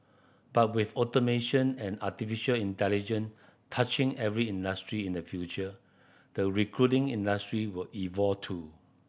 but with automation and artificial intelligence touching every industry in the future the recruiting industry will evolve too